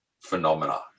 phenomena